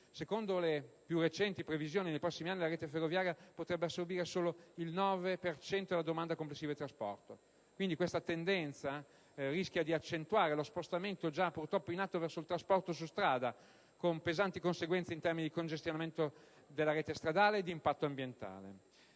secondo le più recenti previsioni, nei prossimi anni la rete ferroviaria potrebbe assorbire solo il 9 per cento della domanda complessiva di trasporto. Questa tendenza rischia di accentuare lo spostamento già in atto verso il trasporto su strada, con pesanti conseguenze in termini di congestionamento della rete stradale e di impatto ambientale.